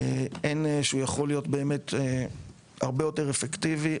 הן שיכול להיות הרבה יותר אפקטיבי,